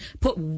put